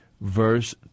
verse